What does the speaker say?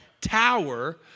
tower